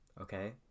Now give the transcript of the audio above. okay